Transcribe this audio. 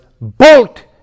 bolt